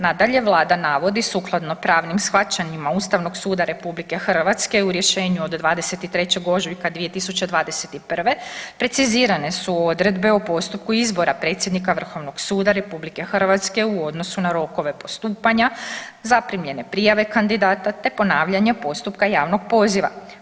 Nadalje Vlada navodi sukladno pravnim shvaćanjima Ustavnog suda RH u rješenju od 23. ožujka 2021. precizirane su odredbe o postupku izbora predsjednika Vrhovnog suda RH u odnosu na rokove postupanja, zaprimljene prijave kandidata, te ponavljanje postupka javnog poziva.